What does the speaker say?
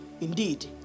Indeed